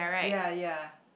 ya ya